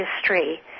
history